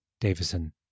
Davison